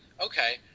okay